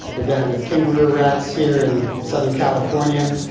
we've done it with kangaroo rats here in southern california,